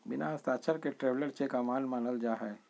बिना हस्ताक्षर के ट्रैवलर चेक अमान्य मानल जा हय